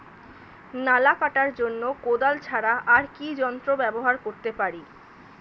নালা কাটার জন্য কোদাল ছাড়া আর কি যন্ত্র ব্যবহার করতে পারি?